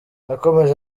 yakomeje